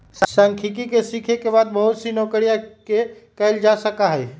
सांख्यिकी के सीखे के बाद बहुत सी नौकरि के कइल जा सका हई